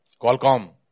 Qualcomm